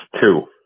two